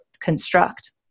construct